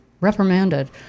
reprimanded